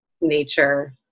nature